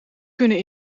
kunnen